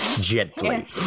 Gently